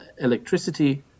electricity